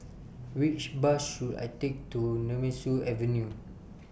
Which Bus should I Take to Nemesu Avenue